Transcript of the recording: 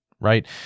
right